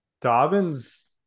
Dobbins